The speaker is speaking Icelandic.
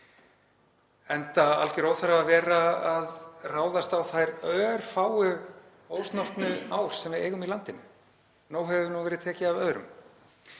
og algjör óþarfi að vera að ráðast á þær örfáu ósnortnu ár sem við eigum í landinu. Nóg hefur nú verið tekið af öðrum.